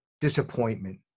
disappointment